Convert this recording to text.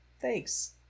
thanks